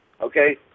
okay